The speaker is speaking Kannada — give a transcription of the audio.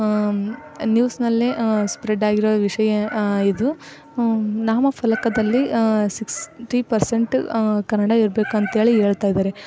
ನ್ಯೂಸ್ನಲ್ಲೇ ಸ್ಪ್ರೆಡ್ ಆಗಿರೋ ವಿಷಯ ಇದು ನಾಮಫಲಕದಲ್ಲಿ ಸಿಕ್ಸ್ಟಿ ಪರ್ಸೆಂಟು ಕನ್ನಡ ಇರ್ಬೇಕು ಅಂತೇಳಿ ಹೇಳ್ತ ಇದ್ದಾರೆ